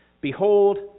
Behold